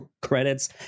credits